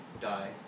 die